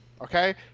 okay